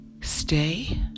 stay